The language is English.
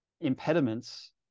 impediments